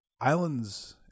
Islands